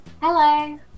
Hello